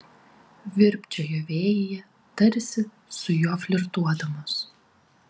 virpčiojo vėjyje tarsi su juo flirtuodamos